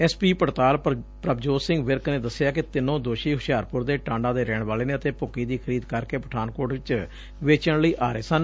S P ਪੜਤਾਲ ਪੁਭਜੋਤ ਸਿੰਘ ਵਿਰਕ ਨੇ ਦੱਸਿਐ ਕਿ ਤਿੰਨੋ ਦੋਸ਼ੀ ਹੁਸ਼ਿਆਰਪੁਰ ਦੇ ਟਾਂਡਾ ਦੇ ਰਹਿਣ ਵਾਲੇ ਨੇ ਅਤੇ ਭੁੱਕੀ ਦੀ ਖਰੀਦ ਕਰਕੇ ਪਠਾਨਕੋਟ ਚ ਵੇਚਣ ਲਈ ਆ ਰਹੇ ਸਨ